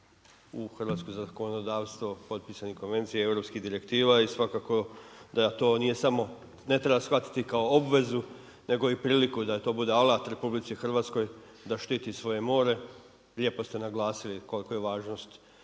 u hrvatsko zakonodavstvo, potpisane konvencije europskih direktiva i svakako da to nije samo, ne treba shvatiti kao obvezu, nego i priliku da to bude alat RH, da štiti svoje more. Lijepo ste naglasili koliku važnost